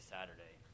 Saturday